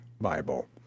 Bible